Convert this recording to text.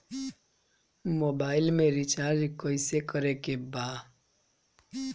Mobile में recharge कइसे करे के बा?